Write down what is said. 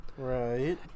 Right